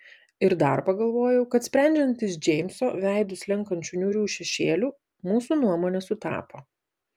ir dar pagalvojau kad sprendžiant iš džeimso veidu slenkančių niūrių šešėlių mūsų nuomonė sutapo